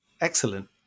Excellent